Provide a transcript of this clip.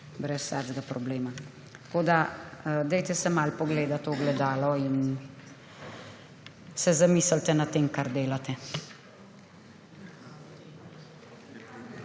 brez vsakega problema. Dajte se malo pogledati v ogledalo in se zamislite nad tem, kar delate.